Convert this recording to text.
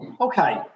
Okay